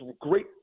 great